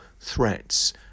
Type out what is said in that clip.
threats